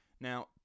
Now